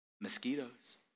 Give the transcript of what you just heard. Mosquitoes